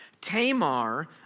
Tamar